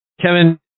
Kevin